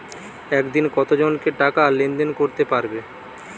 একদিন কত জনকে টাকা লেনদেন করতে পারবো?